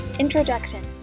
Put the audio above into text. Introduction